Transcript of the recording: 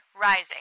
rising